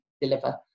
deliver